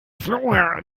flora